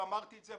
ואמרתי את זה,